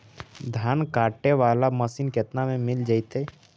धान काटे वाला मशीन केतना में मिल जैतै?